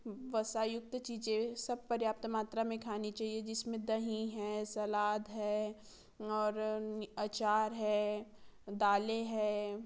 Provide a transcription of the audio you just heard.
वसायुक्त चीज़ें सब पर्याप्त मात्रा में खानी चहिए जिसमें दही है सलाद है और आचार है दालें हैं